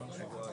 אדוני היושב ראש,